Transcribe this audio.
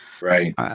right